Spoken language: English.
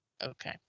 Okay